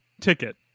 ticket